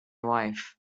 wife